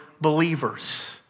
believers